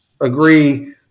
agree